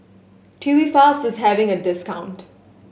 Tubifast is having a discount